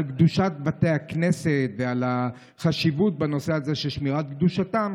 על קדושת בתי הכנסת ועל חשיבות נושא שמירת קדושתם,